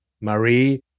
Marie